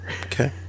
Okay